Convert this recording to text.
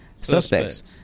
suspects